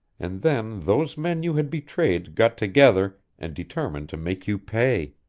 and then those men you had betrayed got together and determined to make you pay!